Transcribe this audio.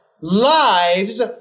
lives